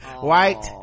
White